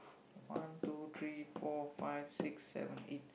one two three four five six seven eight